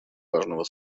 важного